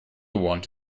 want